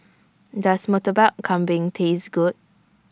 Does Murtabak Kambing Taste Good